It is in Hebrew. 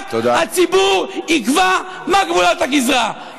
ורק הציבור יקבע מה גבולות הגזרה,